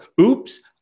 oops